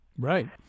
Right